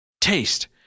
Taste